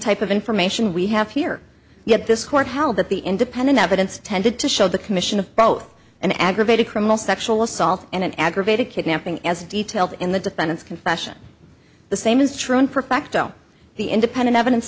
type of information we have here yet this court held that the independent evidence tended to show the commission of both an aggravated criminal sexual assault and an aggravated kidnapping as detailed in the defendant's confession the same is true in perfecto the independent evidence